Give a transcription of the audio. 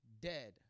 dead